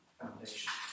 foundation